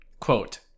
quote